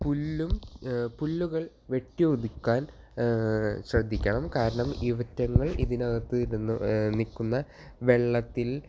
പുല്ലും പുല്ലുകൾ വെട്ടിയൊതുക്കാൻ ശ്രദ്ധിക്കണം കാരണം ഇവറ്റകൾ ഇതിനകത്ത് ഇരുന്ന നിൽക്കുന്ന വെള്ളത്തിൽ